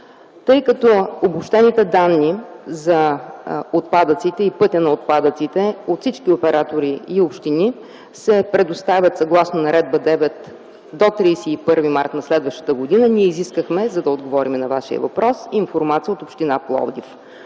Тъй като обобщените данни за отпадъците и пътят на отпадъците от всички оператори и общини се предоставят съгласно Наредба № 9 до 31 март на следващата година, ние изискахме, за да отговорим на Вашия въпрос, информация от община Пловдив.